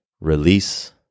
release